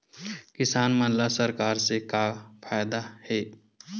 किसान मन ला सरकार से का फ़ायदा हे?